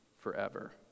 forever